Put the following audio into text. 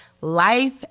life